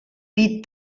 pit